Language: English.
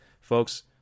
Folks